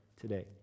today